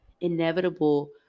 Inevitable